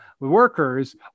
workers